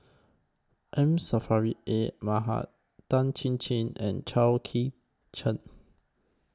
M Saffri A Manaf Tan Chin Chin and Chao Kee Cheng